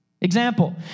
Example